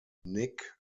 nick